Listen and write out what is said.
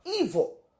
evil